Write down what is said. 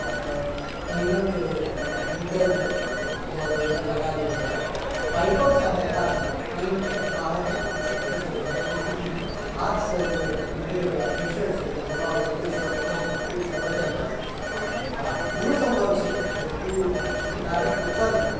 पानिके भीतर दऽ देल जाइ लगा देल जाइ आओर पाइपके सहायतासँ पानिके बाहर खीँचि देल जाइ जाहिसँकि हाथसँ जे लगैवला प्रेशर छै जे दबाव छै ओहिसँ कम ओहिसँ बचल जा सकै आओर इहो सम्भव छै जे ओ इनारके उपरमे